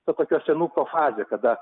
ta tokio senuko fazė kada